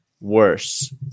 worse